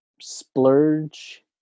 splurge